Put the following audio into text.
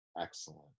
Excellent